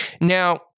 Now